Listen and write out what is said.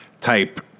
type